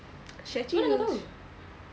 macam mana kau tahu